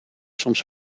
soms